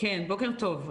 בוקר טוב.